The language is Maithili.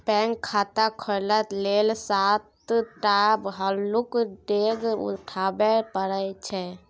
बैंक खाता खोलय लेल सात टा हल्लुक डेग उठाबे परय छै